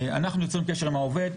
אנחנו יוצרים קשר עם העובד,